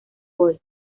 gol